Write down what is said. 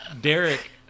derek